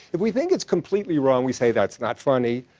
if we think it's completely wrong, we say, that's not funny.